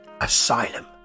asylum